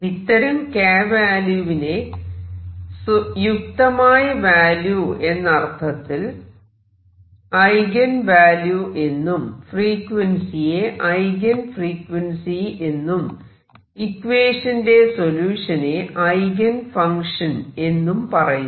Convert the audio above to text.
ഇത്തരം k വാല്യൂവിനെ യുക്തമായ വാല്യൂ എന്നർത്ഥത്തിൽ ഐഗൻ വാല്യൂ എന്നും ഫ്രീക്വൻസിയെ ഐഗൻ ഫ്രീക്വൻസി എന്നും ഇക്വേഷന്റെ സൊല്യൂഷനെ ഐഗൻ ഫങ്ക്ഷൻ എന്നും പറയുന്നു